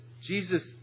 Jesus